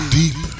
deep